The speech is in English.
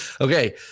Okay